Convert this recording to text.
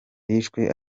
hishwe